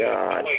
God